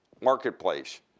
marketplace